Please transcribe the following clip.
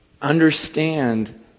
Understand